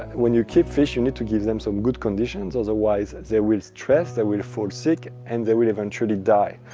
when you keep fish, you need to give them some good conditions. otherwise, they will stress, they will fall sick, and they will eventually die.